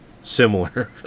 similar